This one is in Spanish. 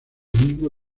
mismo